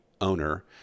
owner